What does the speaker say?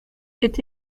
est